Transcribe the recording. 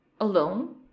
alone